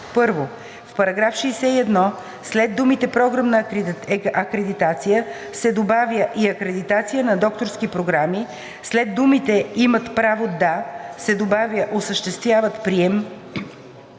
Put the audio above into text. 1. В § 61 след думите „програмна акредитация“ се добавя „и акредитация на докторски програми“, след думите „имат право да“ се добавя „осъществяват прием“,